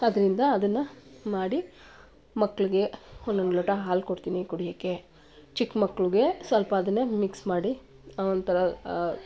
ಅದರಿಂದ ಅದನ್ನು ಮಾಡಿ ಮಕ್ಕಳಿಗೆ ಒಂದೊಂದು ಲೋಟ ಹಾಲ್ಕೊಡ್ತೀನಿ ಕುಡಿಯೋಕ್ಕೆ ಚಿಕ್ಕ್ಮಕ್ಳಿಗೆ ಸ್ವಲ್ಪ ಅದನ್ನೇ ಮಿಕ್ಸ್ ಮಾಡಿ ಆನಂತರ